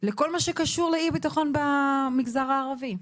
בכל מה שקשור לאי-ביטחון במגזר הערבי.